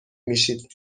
میشید